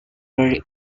very